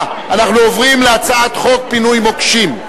אנחנו הסכמנו,